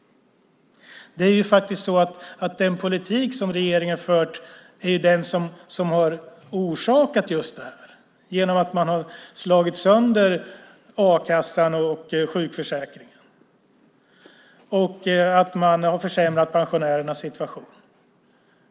Det är faktiskt så att den politik som regeringen har fört är det som har orsakat just det här, genom att man har slagit sönder a-kassan och sjukförsäkringen och försämrat pensionärernas situation.